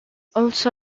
also